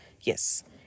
yes